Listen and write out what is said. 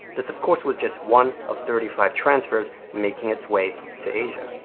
this, of course, was just one of thirty five transfers making its way to asia.